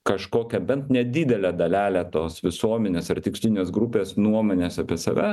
kažkokią bent nedidelę dalelę tos visuomenės ar tikslinės grupės nuomonės apie save